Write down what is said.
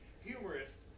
Humorist